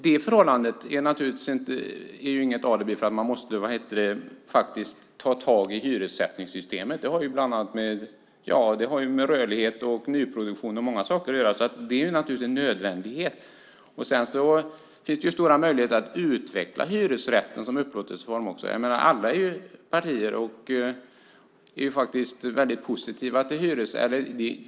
Det förhållandet är inget alibi för att man inte måste ta tag i hyressättningssystemet. Det har med rörlighet, nyproduktion och många saker att göra. Det är naturligtvis en nödvändighet. Dessutom finns det stora möjligheter att utveckla hyresrätten som upplåtelseform. Alla partier är faktiskt väldigt positiva till hyresrätter.